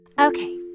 Okay